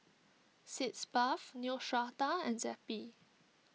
Sitz Bath Neostrata and Zappy